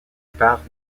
parent